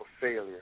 failure